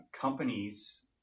Companies